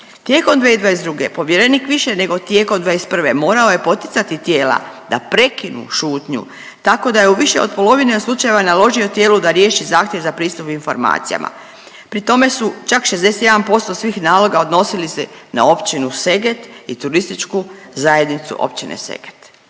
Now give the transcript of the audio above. Tijekom 2022. povjerenik više nego tijekom '21. morao je poticati tijela da prekinu šutnju tako da je u više od polovine slučajeva naložio tijelu da riješi zahtjev za pristup informacijama. Pri tome su čak 61% svih naloga odnosili se na općinu Seget i turističku zajednicu općine Seget.